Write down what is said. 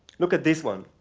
look at this one.